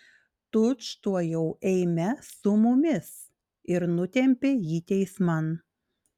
tučtuojau eime su mumis ir nutempė jį teisman